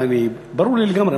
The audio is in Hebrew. וברור לי לגמרי,